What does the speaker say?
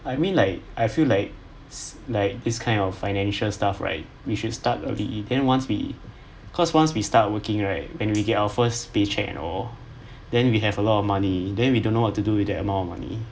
I mean like I feel like like this kind of financial stuff right we should start early then once we cause once we start working right when we get our first paycheck and all then we have a lot of money then we don't know what to do with that amount of money